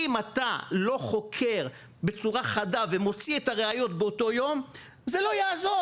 אם אתה לא חוקר בצורה חדה ומוציא את הראיות באותו יום זה לא יעזור.